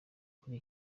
kuri